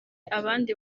abandi